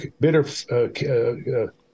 bitter